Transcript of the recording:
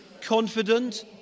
confident